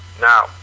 Now